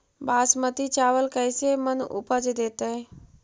बासमती चावल कैसे मन उपज देतै?